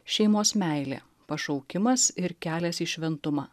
šeimos meilė pašaukimas ir kelias į šventumą